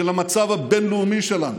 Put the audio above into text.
של המצב הבין-לאומי שלנו,